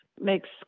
makes